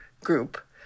group